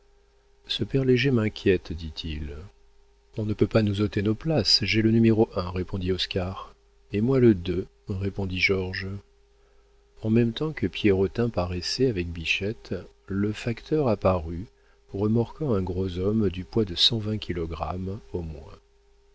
ce père léger m'inquiète dit-il on ne peut pas nous ôter nos places j'ai le numéro un répondit oscar et moi le deux répondit georges en même temps que pierrotin paraissait avec bichette le facteur apparut remorquant un gros homme du poids de cent vingt kilogrammes au moins